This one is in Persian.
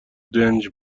دنج